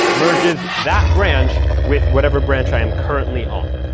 merges that branch with whatever branch i am currently on.